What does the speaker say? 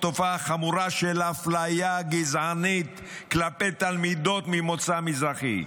תופעה חמורה של אפליה גזענית כלפי תלמידות ממוצא מזרחי.